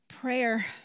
Prayer